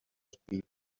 speed